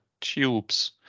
tubes